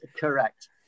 correct